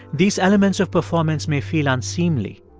these elements of performance may feel unseemly,